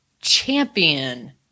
champion